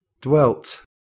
dwelt